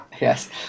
yes